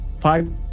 five